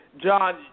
John